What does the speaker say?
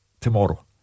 tomorrow